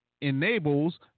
enables